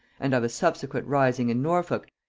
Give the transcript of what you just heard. and of a subsequent rising in norfolk,